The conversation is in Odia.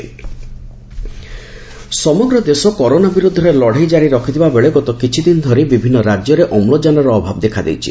ଅମ୍ଳଜାନ ସମଗ୍ର ଦେଶ କରୋନା ବିରୁଦ୍ଧରେ ଲଢ଼େଇ ଜାରି ରଖିଥିବା ବେଳେ ଗତ କିଛି ଦିନ ଧରି ବିଭିନ୍ନ ରାଜ୍ୟରେ ଅମ୍ଳଚାନର ଅଭାବ ଦେଖାଦେଇଛି